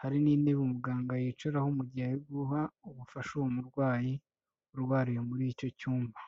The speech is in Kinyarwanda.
hari n'intebe umuganga yicaraho mu gihe ari guha ubufasha uwo murwayi, urwariye muri icyo cyumba.